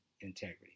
integrity